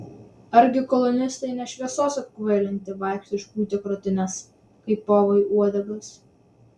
argi kolonistai ne šviesos apkvailinti vaikšto išpūtę krūtines kaip povai uodegas